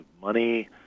money